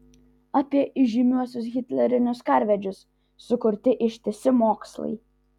apie įžymiuosius hitlerinius karvedžius sukurti ištisi mokslai